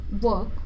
work